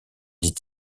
dit